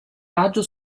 raggio